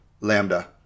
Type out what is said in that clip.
Lambda